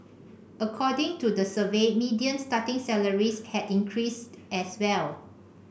according to the survey median starting salaries had increased as well